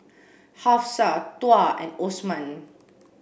Hafsa Tuah and Osman